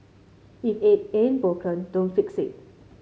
if it ain't broken don't fix it